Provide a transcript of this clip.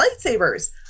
lightsabers